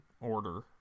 order